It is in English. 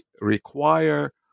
require